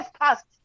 passed